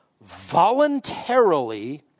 voluntarily